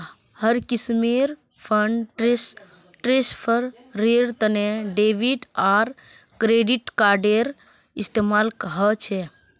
हर किस्मेर फंड ट्रांस्फरेर तने डेबिट आर क्रेडिट कार्डेर इस्तेमाल ह छे